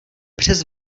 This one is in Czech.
přes